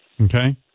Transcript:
okay